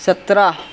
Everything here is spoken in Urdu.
سترہ